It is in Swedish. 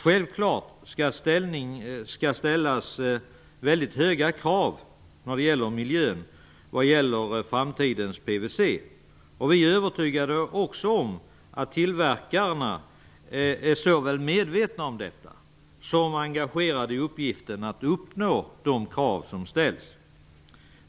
Självfallet skall det ställas väldigt höga miljökrav på framtidens PVC, och vi är övertygade om att tillverkarna både är medvetna om detta och engagerade i uppgiften att uppnå de krav som ställs.